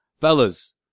fellas